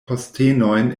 postenojn